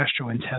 gastrointestinal